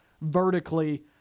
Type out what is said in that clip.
vertically